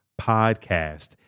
podcast